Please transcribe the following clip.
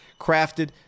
crafted